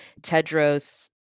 tedros